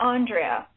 Andrea